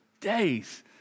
days